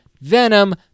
Venom